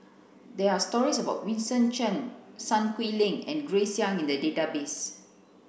there are stories about Vincent Cheng Sun ling and Grace Young in the database